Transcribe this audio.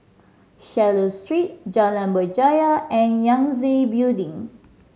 Swallow Street Jalan Berjaya and Yangtze Building